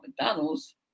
McDonald's